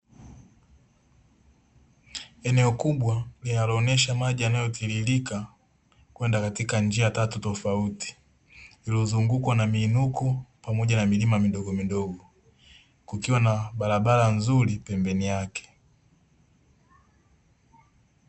Eneo kubwa linaloonesha maji yanayotiririka kwenda katika njia tatu tofauti iliyozungukwa na miinuko pamoja na milima midogomidogo, kukiwa na barabara nzuri pembeni yake.